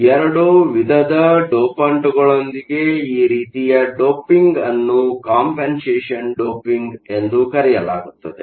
ಆದ್ದರಿಂದ ಎರಡು ವಿಧದ ಡೋಪಂಟ್ಗಳೊಂದಿಗೆ ಈ ರೀತಿಯ ಡೋಪಿಂಗ್ ಅನ್ನು ಕಂಪನ್ಸೇಷನ್ ಡೋಪಿಂಗ್Cfompensation Doping ಎಂದು ಕರೆಯಲಾಗುತ್ತದೆ